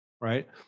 right